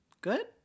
good